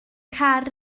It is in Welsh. car